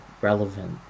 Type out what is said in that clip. relevant